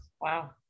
Wow